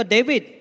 David